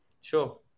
sure